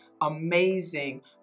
amazing